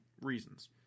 reasons